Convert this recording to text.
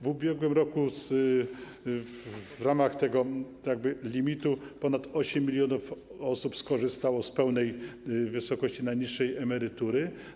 W ubiegłym roku w ramach tego limitu ponad 8 mln osób skorzystało z pełnej wysokości najniższej emerytury.